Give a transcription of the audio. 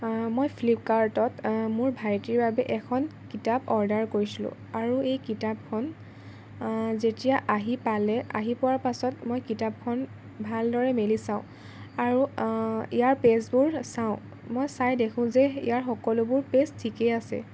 মই ফ্লিপকাৰ্টত মোৰ ভাইটিৰ বাবে এখন কিতাপ অৰ্ডাৰ কৰিছিলোঁ আৰু এই কিতাপখন যেতিয়া আহি পালে আহি পোৱাৰ পাছত মই কিতাপখন ভালদৰে মেলি চাওঁ আৰু ইয়াৰ পেইজবোৰ চাওঁ মই চাই দেখোঁ যে ইয়াৰ সকলোবোৰ পেজ ঠিকেই আছে